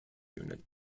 unit